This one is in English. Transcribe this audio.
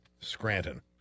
Scranton